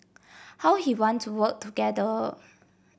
how he want to work together